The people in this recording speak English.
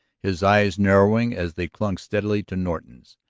his eyes narrowing as they clung steadily to norton's.